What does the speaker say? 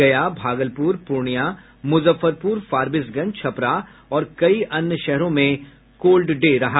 गया भागलपुर पूर्णिया मुजफ्फरपुर फारबिसगंज छपरा और कई अन्य शहरों में कोल्ड डे रहा